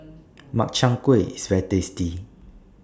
Makchang Gui IS very tasty